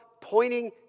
pointing